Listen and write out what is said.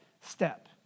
step